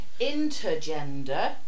Intergender